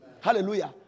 Hallelujah